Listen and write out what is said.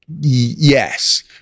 Yes